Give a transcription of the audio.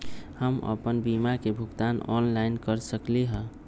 हम अपन बीमा के भुगतान ऑनलाइन कर सकली ह?